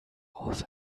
aus